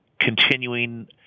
continuing